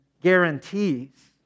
guarantees